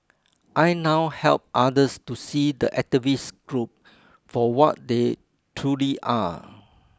I now help others to see the activist group for what they truly are